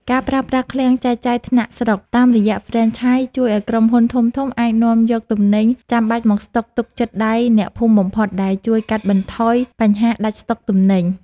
ការប្រើប្រាស់ "ឃ្លាំងចែកចាយថ្នាក់ស្រុក" តាមរយៈហ្វ្រេនឆាយ ជួយឱ្យក្រុមហ៊ុនធំៗអាចនាំយកទំនិញចាំបាច់មកស្តុកទុកជិតដៃអ្នកភូមិបំផុត ដែលជួយកាត់បន្ថយបញ្ហាដាច់ស្តុកទំនិញ។